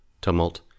tumult